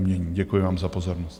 Děkuji vám za pozornost.